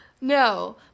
No